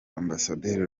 ambasaderi